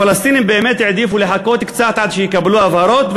הפלסטינים באמת העדיפו לחכות קצת עד שיקבלו הבהרות.